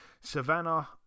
Savannah